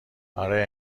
آره